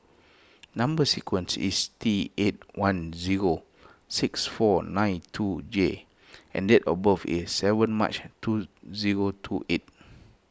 Number Sequence is T eight one zero six four nine two J and date of birth is seven March two zero two eight